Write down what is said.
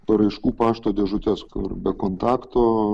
paraiškų pašto dėžutes kur be kontakto